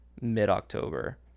mid-October